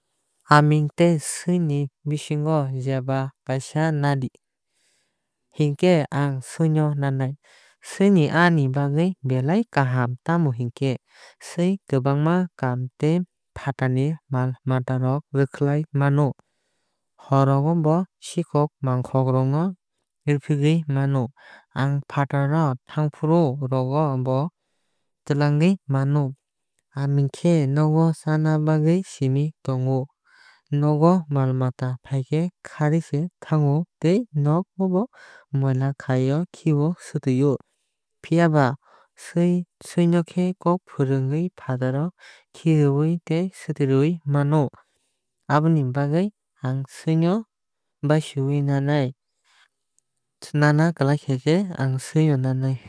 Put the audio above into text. Aaming tei sui ni bisingo jeba kaisa nadi hinkhe ang sui no nanai. Sui no ani bagwui belai kaham tamo hinkhe sui kwbangma kaam tei fatarni mal mata rwkhlai o mano. Hor rogo bo sikok mangkhok rok rifrigwui mano. Ang fatar o thangfru rogo bo twlangwui mano. Aming khe nogo chana bagwui siming tongo. Nogo mal mata faikhe kharwui se thango tei nog no bo moila khai o khiui swtuiui. Phiaba sui no kok furungwui fatar o khirui tei swtuirwui mano. Aboni bagwui ang sui no basiui nanai. Nana kwlaikhai ang sui no nanai.